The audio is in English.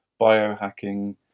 biohacking